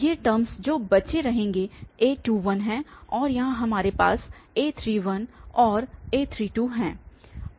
वे terms जो बचे रहेंगे a21 हैं और यहाँ हमारे पास a 31 और a32 हैं